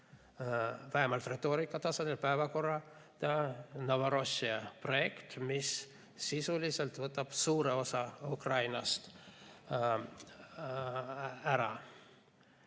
vähemalt retoorika tasandil päevakorda Novorossija projekt, mis sisuliselt võtab suure osa Ukrainast ära.